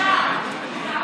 בושה, בושה.